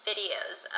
videos